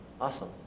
Awesome